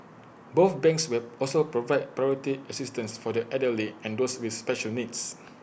both banks will also provide priority assistance for the elderly and those with special needs